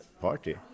party